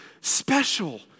special